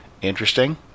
interesting